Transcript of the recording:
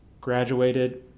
graduated